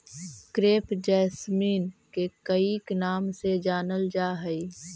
crepe jasmine के कईक नाम से जानलजा हइ